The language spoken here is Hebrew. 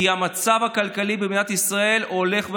כי המצב הכלכלי במדינת ישראל הולך ומחמיר,